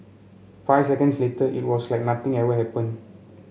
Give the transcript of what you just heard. five seconds later it was like nothing ever happen